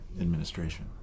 administration